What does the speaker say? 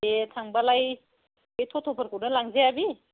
दे थांबालाय बे थथ'फोरखौनो लांजाया बे